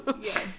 Yes